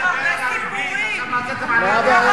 אני רק מדבר